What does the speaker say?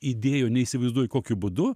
įdėjo neįsivaizduoju kokiu būdu